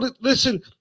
Listen